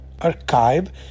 archive